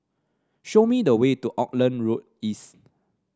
show me the way to Auckland Road East